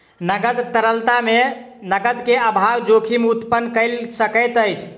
नकद तरलता मे नकद के अभाव जोखिम उत्पन्न कय सकैत अछि